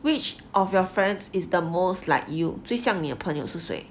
which of your friends is the most like you 最像你的朋友是谁